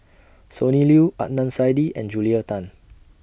Sonny Liew Adnan Saidi and Julia Tan